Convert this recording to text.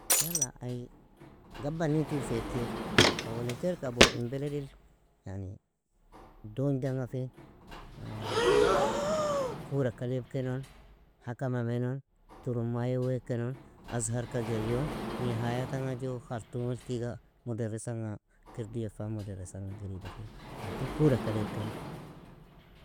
Yala ai gabb annin tul fa ekir, owlin kailka abu in beledil, yani dogndnga fin, kuraka leab kenon, hakama menon, turummayig weagkenon, azhar ka geryon, nihaya tanga ju khartomil tiga muderisanga kir diya fan muderisanga giriedafi, lakin kuraka leab kenon.